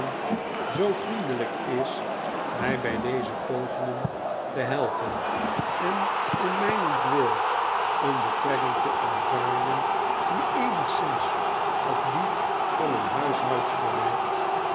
zoo vriendelijk is mij bij deze pogingen te helpen en om mijnentwil een betrekking te aanvaarden die eenigszins op die van een huishbudster lijkt